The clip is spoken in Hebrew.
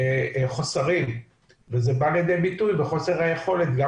חוסרים וזה בא לידי ביטוי בחוסר היכולת גם